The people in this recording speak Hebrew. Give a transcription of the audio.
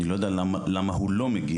אני לא יודע למה הוא לא מגיע.